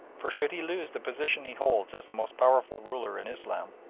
for should he lose the position he holds as the most powerful ruler in islam,